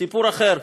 סיפור אחר,